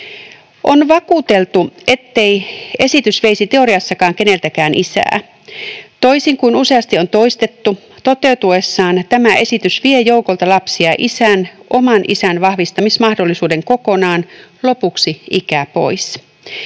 On vakuuteltu, ettei esitys veisi teoriassakaan keneltäkään isää. Toisin kuin useasti on toistettu, toteutuessaan tämä esitys vie joukolta lapsia isän, oman isän vahvistamismahdollisuuden kokonaan, lopuksi ikää pois.